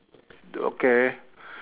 okay